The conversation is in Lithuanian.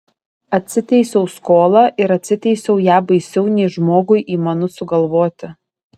atsiteisiau skolą ir atsiteisiau ją baisiau nei žmogui įmanu sugalvoti